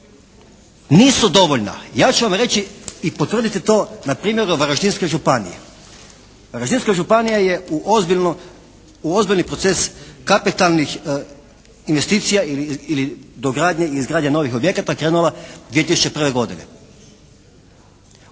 Nisu dovoljna. Ja ću vam reći i potvrditi to na primjeru Varaždinske županije. Varaždinska županija je u ozbiljni proces kapitalnih investicija ili dogradnje i izgradnje novih objekata krenula 2001. godine. U